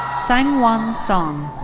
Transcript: sangwon song.